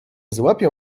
złapią